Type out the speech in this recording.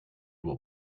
will